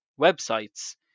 websites